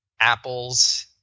Apples